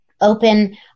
open